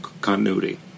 continuity